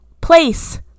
place